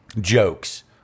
jokes